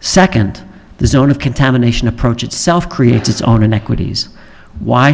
second the zone of contamination approach itself creates its own inequities why